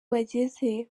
bageze